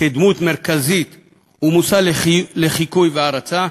כדמות מרכזית ומושא לחיקוי והערצה,